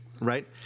Right